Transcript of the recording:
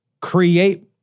create